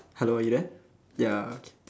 hello are you there ya okay